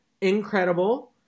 incredible